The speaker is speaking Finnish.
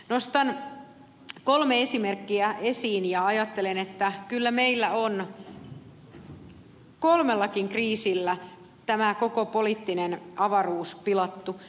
nostan esiin kolme esimerkkiä ja ajattelen että kyllä meillä on näillä kolmellakin kriisillä koko poliittinen avaruus pilattu